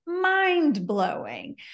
mind-blowing